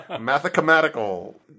Mathematical